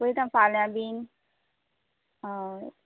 पळयता फाल्यां बीन हय